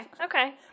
okay